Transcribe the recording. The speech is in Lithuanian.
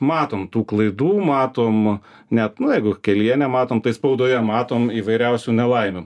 matom tų klaidų matom net jeigu kelyje nematom tai spaudoje matom įvairiausių nelaimių